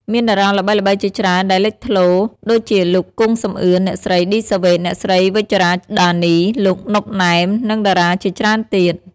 មានតារាល្បីៗជាច្រើនដែលលេចធ្លោ ដូចជាលោក គង់ សំអឿន អ្នកស្រី ឌី សាវ៉េត អ្នកស្រី វិជ្ជរ៉ា ដានី លោក ណុប ណែម និងតារាជាច្រើនទៀត។